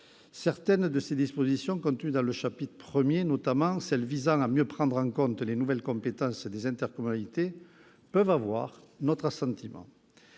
Certaines des dispositions contenues dans le chapitre I, notamment celles visant à mieux prendre en compte les nouvelles compétences des intercommunalités, peuvent recueillir notre assentiment.